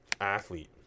athlete